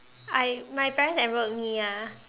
I my parents enrolled me ah